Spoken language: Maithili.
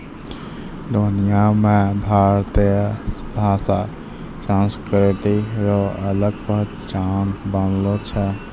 दुनिया मे भारतीय भाषा संस्कृति रो अलग पहचान बनलो छै